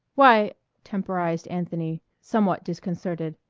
why temporized anthony, somewhat disconcerted.